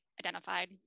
identified